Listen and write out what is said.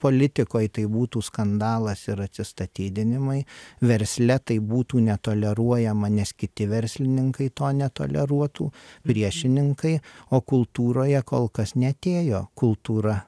politikoj tai būtų skandalas ir atsistatydinimai versle tai būtų netoleruojama nes kiti verslininkai to netoleruotų priešininkai o kultūroje kol kas neatėjo kultūra